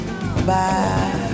bye